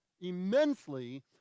immensely